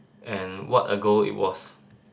and what a goal it was